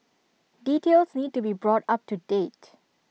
details need to be brought up to date